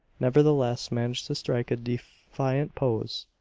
nevertheless managed to strike a defiant pose.